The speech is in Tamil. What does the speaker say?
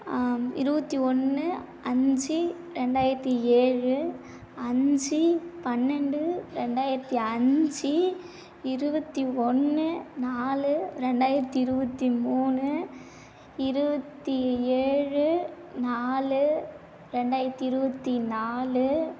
இருபத்தி ஒன்று அஞ்சு ரெண்டாயிரத்தி ஏழு அஞ்சு பன்னெண்டு ரெண்டாயிரத்தி அஞ்சு இருபத்தி ஒன்று நாலு ரெண்டாயிரத்தி இருபத்தி மூணு இருபத்தி ஏழு நாலு ரெண்டாயிரத்தி இருபத்தி நாலு